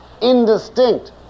indistinct